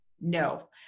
no